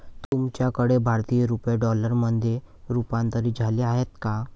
तुमच्याकडे भारतीय रुपये डॉलरमध्ये रूपांतरित झाले आहेत का?